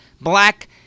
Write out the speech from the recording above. black